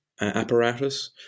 apparatus